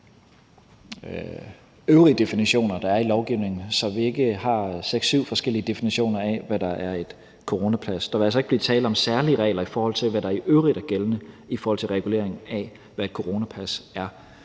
øvrige definitioner, der er i lovgivningen, så vi ikke har seks-syv forskellige definitioner af, hvad der er et coronapas. Der vil altså ikke blive tale om særlige regler i forhold til hvad der i øvrigt er gældende i forhold til reguleringen af, hvad et coronapas er.